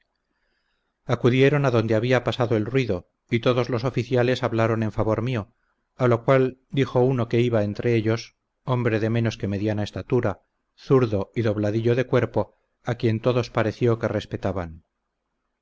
acudieron a donde había pasado el ruido y todos los oficiales hablaron en favor mio a lo cual dijo uno que iba entre ellos hombre de menos que mediana estatura zurdo y dobladillo de cuerpo a quien todos pareció que respetaban